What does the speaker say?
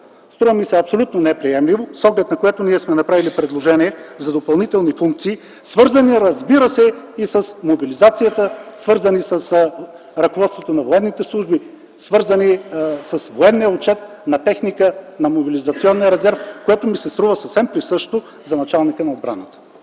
Струва ми се абсолютно неприемливо, с оглед на което ние сме направили предложение за допълнителни функции, свързани, разбира се, и с мобилизацията, свързани с ръководството на военните служби, свързани с военния отчет на техника, на мобилизационния резерв, което ми се струва съвсем присъщо за началника на отбраната.